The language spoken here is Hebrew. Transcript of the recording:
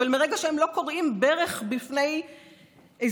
אבל מרגע שהם לא כורעים ברך בפני איזה